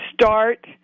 start